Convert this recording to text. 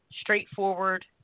straightforward